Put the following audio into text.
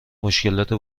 مشکلات